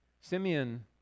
Simeon